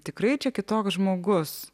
tikrai čia kitoks žmogus